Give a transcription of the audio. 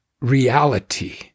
reality